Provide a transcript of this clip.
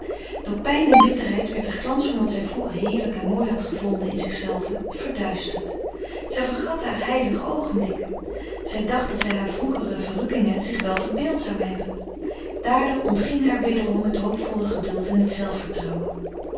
door pijn en bitterheid werd de glans van wat zij vroeger heerlijk en mooi had gevonden in zichzelve verduisterd zij vergat haar heilige oogenblikken zij dacht dat zij haar vroegere verrukkingen zich wel verbeeld zou hebben daardoor ontging haar wederom het hoopvolle geduld en het zelfvertrouwen